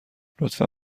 لطفا